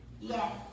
Yes